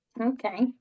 Okay